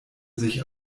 sich